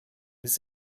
bis